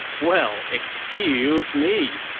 well, excuuuse me!